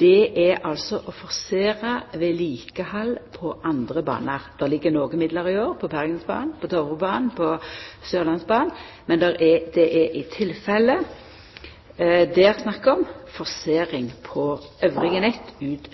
er altså å forsera vedlikehaldet på andre banar. Det ligg nokre midlar til det i år, på Bergensbanen, på Dovrebanen, på Sørlandsbanen, men det er i tilfellet snakk om forsering på nettet elles,